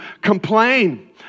complain